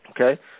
Okay